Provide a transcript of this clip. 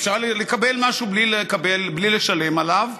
אפשר לקבל משהו בלי לשלם עליו,